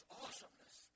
awesomeness